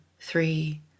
three